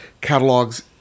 catalogs